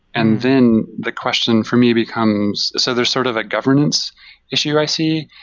and then, the question for me becomes so there's sort of a governance issue i see,